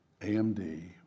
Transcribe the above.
AMD